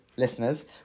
listeners